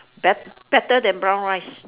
bet~ better than brown rice